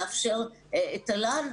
נאפשר תל"ן?